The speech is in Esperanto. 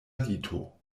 lito